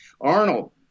Arnold